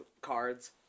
cards